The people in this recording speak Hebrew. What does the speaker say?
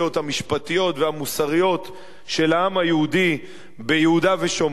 המשפטיות והמוסריות של העם היהודי ביהודה ושומרון.